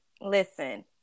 listen